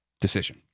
decision